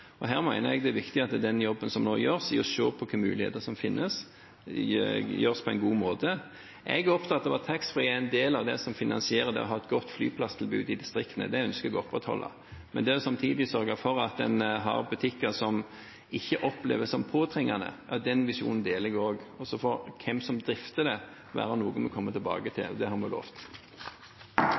pengene. Her mener jeg det er viktig at den jobben som nå gjøres for å se på hvilke muligheter som finnes, gjøres på en god måte. Jeg er opptatt av at taxfree er en del av det som finansierer det å ha et godt flyplasstilbud i distriktene. Det ønsker jeg å opprettholde, men samtidig å sørge for at en har butikker som ikke oppleves som påtrengende – ja, den visjonen deler jeg. Så får hvem som drifter det, være noe vi kommer tilbake til. Det har vi lovt.